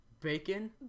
Bacon